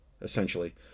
essentially